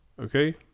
Okay